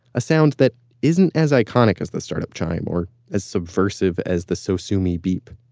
a sound that isn't as iconic as the startup chime, or as subversive as the sosumi beep.